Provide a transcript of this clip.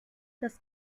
das